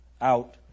out